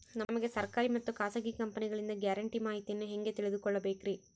ನಮಗೆ ಸರ್ಕಾರಿ ಮತ್ತು ಖಾಸಗಿ ಕಂಪನಿಗಳಿಂದ ಗ್ಯಾರಂಟಿ ಮಾಹಿತಿಯನ್ನು ಹೆಂಗೆ ತಿಳಿದುಕೊಳ್ಳಬೇಕ್ರಿ?